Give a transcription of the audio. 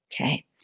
okay